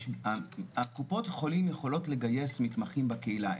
קופות החולים יכולות לגייס מתמחים בקהילה.